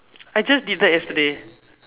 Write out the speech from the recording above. I just did that yesterday